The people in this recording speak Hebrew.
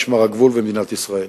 משמר הגבול ומדינת ישראל.